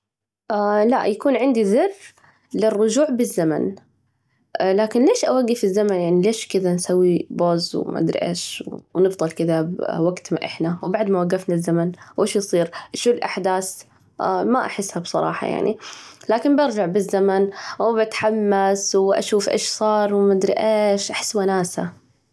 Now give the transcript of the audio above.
لا يكون عندي زر للرجوع بالزمن، لكن ليش أوجف الزمن؟ يعني ليش كذا نسوي بوز وما أدري إيش ونفضل كده بوجت ما إحنا؟ وبعد ما وجفنا الزمن، وش يصير؟ شو الأحداث؟ ما أحسها بصراحة يعني، لكن برجع بالزمن وبتحمس وأشوف إيش صار وما أدري إيش، أحس وناسة.